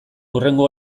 hurrengo